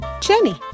Jenny